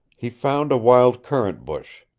he found a wild currant bush,